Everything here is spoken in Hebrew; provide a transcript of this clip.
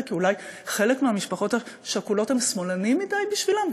כי אולי חלק מהמשפחות השכולות הם שמאלנים מדי בשבילם,